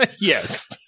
Yes